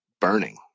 burning